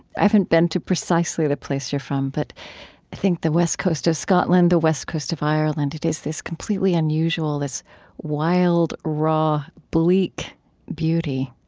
i haven't been to precisely the place you're from, but i think the west coast of scotland, the west coast of ireland, it is this completely unusual, this wild, raw, bleak beauty.